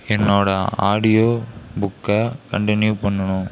என்னோடய ஆடியோ புக்கை கண்டினியூ பண்ணணும்